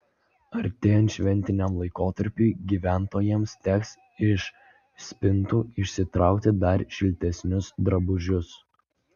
artėjant šventiniam laikotarpiui gyventojams teks iš spintų išsitraukti dar šiltesnius drabužius